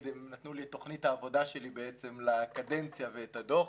הם נתנו לי את תוכנית העבודה שלי בעצם לקדנציה ואת הדוח.